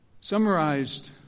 summarized